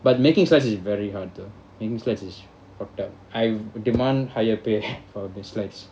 but making slides is very hard though making slides is fucked up I demand higher pay for these slides